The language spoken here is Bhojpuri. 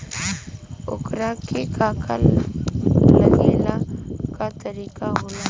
ओकरा के का का लागे ला का तरीका होला?